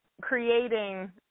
creating